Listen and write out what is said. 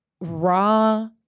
raw